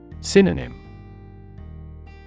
Synonym